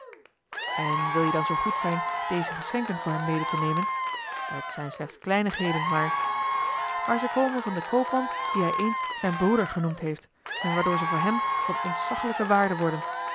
en wil-je dan zoo goed zijn deze geschenken voor hem mede te nemen het zijn slechts kleinigheden maar maar ze komen van den koopman dien hij eens zijn broeder genoemd heeft en waardoor ze voor hem van ontzaglijke waarde worden